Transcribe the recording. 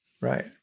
right